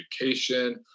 education